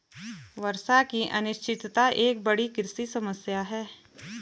वर्षा की अनिश्चितता एक बड़ी कृषि समस्या है